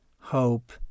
hope